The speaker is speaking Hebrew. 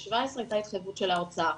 וב-2017 הייתה התחייבות של האוצר.